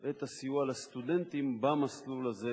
את הסיוע לסטודנטים במסלול הזה,